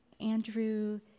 Andrew